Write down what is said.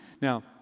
Now